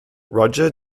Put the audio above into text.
roger